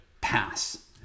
pass